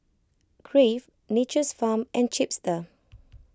Crave Nature's Farm and Chipster